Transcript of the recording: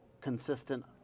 Consistent